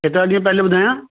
केतिरा ॾींहं पहिले ॿुधायां